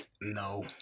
No